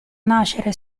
nascere